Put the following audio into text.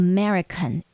American